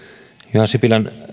juha sipilän